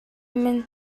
минь